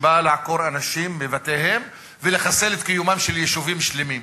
שבאה לעקור אנשים מבתיהם ולחסל את קיומם של יישובים שלמים.